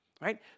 right